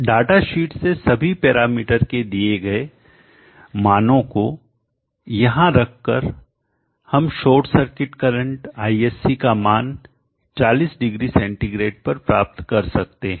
data sheet से सभी parameter के दिए गए मानो को यहां रखकर पर हम शॉर्ट सर्किट करंट ISC का मान 40 डिग्री सेंटीग्रेड पर प्राप्त कर सकते हैं